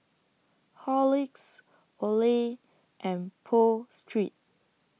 Horlicks Olay and Pho Street